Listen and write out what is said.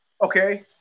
Okay